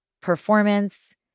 performance